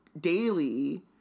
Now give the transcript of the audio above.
daily